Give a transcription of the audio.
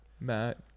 Matt